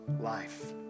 life